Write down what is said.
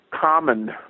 common